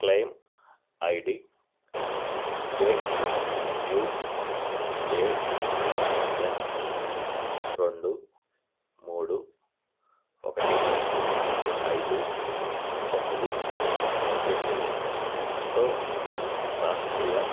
claim ID జేయుఏఎమ్ రెండు మూడు ఒకటి ఐదు తొమ్మిది ఎనిమిదితో రాష్ట్రీయ